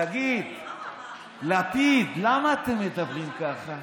תגיד, לפיד, למה אתם מדברים ככה?